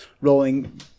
rolling